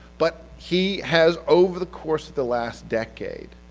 but, he has over the course of the last decade